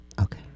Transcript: Okay